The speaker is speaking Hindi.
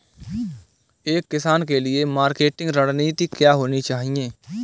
एक किसान के लिए मार्केटिंग रणनीति क्या होनी चाहिए?